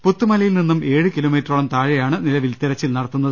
പുത്തുമലയിൽ നിന്നും ഏഴു കീലോമീറ്ററോളം താഴെയാണ് നിലവിൽ തിരച്ചിൽ നടത്തുത്